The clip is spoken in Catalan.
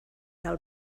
del